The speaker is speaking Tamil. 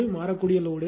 மாறக்கூடிய லோடு RL